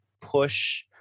push